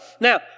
now